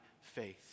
faith